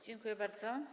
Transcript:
Dziękuję bardzo.